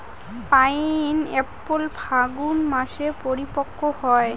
pineapple ফাল্গুন মাসে পরিপক্ব হয়